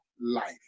life